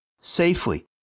safely